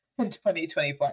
2024